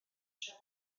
tra